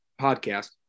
podcast